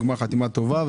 גמר חתימה טובה,